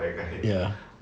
ya